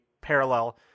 parallel